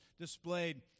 displayed